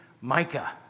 Micah